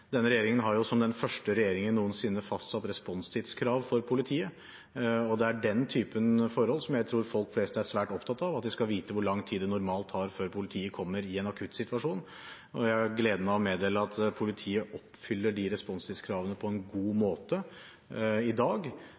Denne regjeringen har som den første regjeringen noensinne fastsatt responstidskrav for politiet, og det er den typen forhold jeg tror folk flest er svært opptatt av – at de skal vite hvor lang tid det normalt tar før politiet kommer, i en akutt situasjon. Jeg har gleden av å meddele at politiet oppfyller de responstidskravene på en god måte i dag,